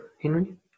henry